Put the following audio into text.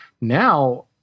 Now